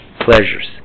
pleasures